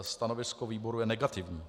Stanovisko výboru je negativní.